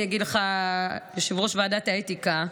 אני אגיד לך, יושב-ראש ועדת האתיקה,